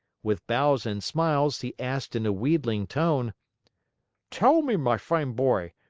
with bows and smiles, he asked in a wheedling tone tell me, my fine boy,